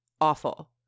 awful